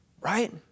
Right